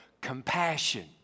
compassion